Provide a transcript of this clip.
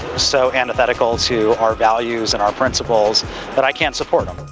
so antithetical to our values and our principles that i can't support him.